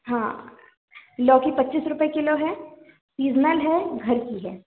हाँ लौकी पच्चीस रुपए किलो है सीज़नल है घर की है